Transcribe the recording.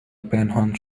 پنهان